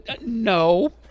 No